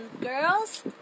girls